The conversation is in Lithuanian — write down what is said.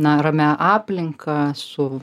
na ramia aplinka su